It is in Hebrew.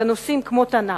בנושאים כמו תנ"ך,